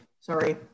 sorry